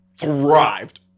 thrived